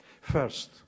first